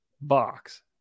box